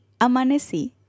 amanecí